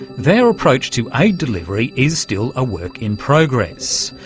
their approach to aid delivery is still a work in progress,